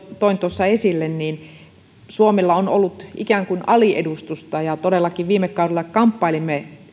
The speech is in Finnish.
toin tuossa esille suomella on ollut ikään kuin aliedustusta todellakin viime kaudella kamppailimme